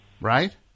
Right